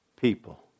people